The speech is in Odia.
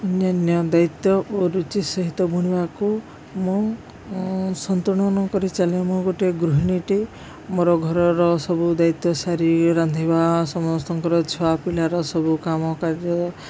ଅନ୍ୟାନ୍ୟ ଦାୟିତ୍ୱ ଓ ରୁଚି ସହିତ ବୁଣିବାକୁ ମୁଁ ସନ୍ତୁଳନ କରି ଚାଲି ମୁଁ ଗୋଟିଏ ଗୃହିଣୀଟି ମୋର ଘରର ସବୁ ଦାୟିତ୍ୱ ସାରି ରାନ୍ଧିବା ସମସ୍ତଙ୍କର ଛୁଆପିଲାର ସବୁ କାମ କାର୍ଯ୍ୟ